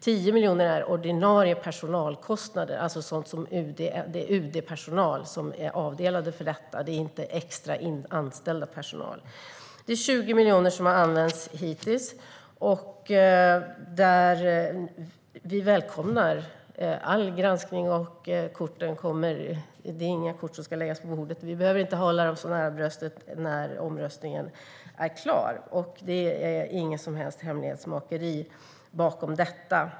10 miljoner är kostnaden för ordinarie personal, alltså UD-personal som är avdelade för detta, inte extraanställd personal. Det är 20 miljoner som har använts hittills. Vi välkomnar all granskning, och det är inga kort som ska läggas på bordet. Vi behöver inte hålla dem så nära bröstet när omröstningen är klar. Det är inget som helst hemlighetsmakeri bakom detta.